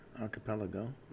archipelago